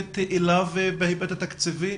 הספציפית אליו בהיבט התקציבי?